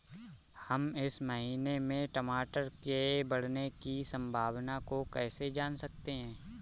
हम इस महीने में टमाटर के बढ़ने की संभावना को कैसे जान सकते हैं?